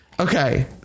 Okay